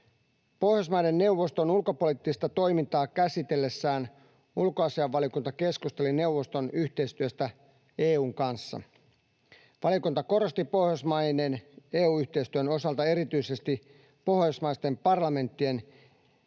Pohjoismaiden neuvoston ulkopoliittista toimintaa käsitellessään ulkoasiainvaliokunta keskusteli neuvoston yhteistyöstä EU:n kanssa. Valiokunta korosti Pohjoismaiden EU-yhteistyön osalta erityisesti pohjoismaisten parlamenttien